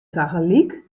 tagelyk